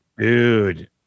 Dude